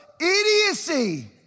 idiocy